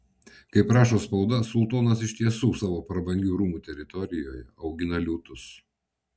kaip rašo spauda sultonas iš tiesų savo prabangių rūmų teritorijoje augina liūtus